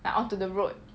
and onto the road